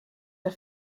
der